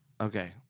Okay